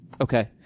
Okay